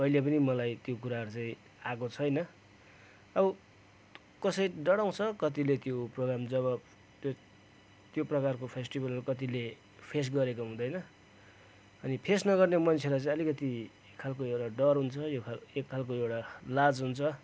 कहिले पनि मलाई त्यो कुराहरू चाहिँ आएको छैन अब कसै डराउँछ कतिले त्यो प्रोगाम जब त्यो प्रकारको फेस्टिभलहरू कत्तिले फेस गरेको हुँदैन अनि फेस नगर्ने मान्छेलाई चाहिँ अलिकति एक खालको एउटा डर हुन्छ एक खालको एउटा लाज हुन्छ